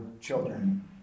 children